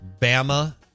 Bama